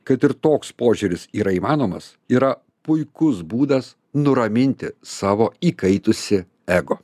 kad ir toks požiūris yra įmanomas yra puikus būdas nuraminti savo įkaitusį ego